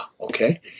Okay